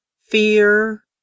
fear